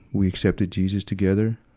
we accepted jesus together.